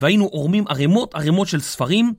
והיינו עורמים ערימות ערימות של ספרים